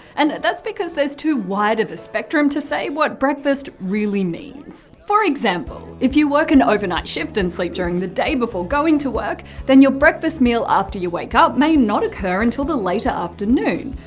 and that's because there's too wide of a spectrum to say what breakfast really means. for example if you work an overnight shift and sleep during the day before going to work, then your breakfast meal after you wake up may not occur until the later afternoon.